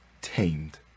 tamed